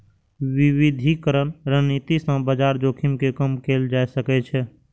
विविधीकरण रणनीति सं बाजार जोखिम कें कम कैल जा सकै छै